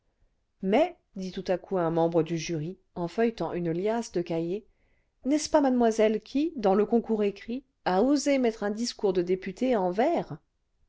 mais dit tout à coup un membre du jury en feuilletant une liasse cle cahiers n'est-ce pas nnademoiselle qui dans le concours écrit a osé mettre un discours de député en vers